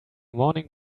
morning